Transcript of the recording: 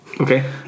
Okay